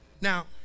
Now